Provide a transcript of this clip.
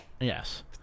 Yes